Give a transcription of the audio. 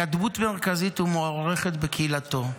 הוא היה דמות מרכזית ומוערכת בקהילתו.